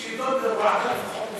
חשוב שיידון בוועדה לפחות מסוימת,